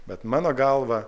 bet mano galva